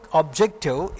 objective